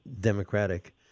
Democratic